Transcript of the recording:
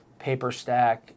PaperStack